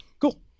Cool